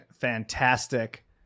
fantastic